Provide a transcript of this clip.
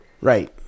Right